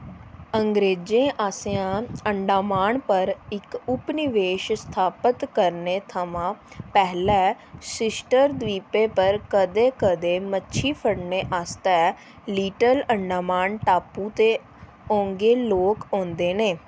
अंग्रेजें आसेआ अंडमान पर इक उपनिवेश स्थापत करने थमां पैह्लें सिस्टर द्वीपें पर कदें कदें मच्छी फड़ने आस्तै लिटिल अंडमान टापू दे ओन्गे लोक औंदे न